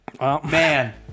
man